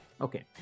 okay